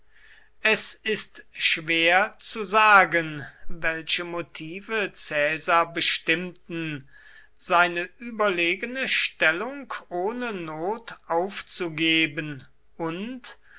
es ist schwer zu sage welche motive caesar bestimmten seine überlegene stellung ohne not aufzugeben und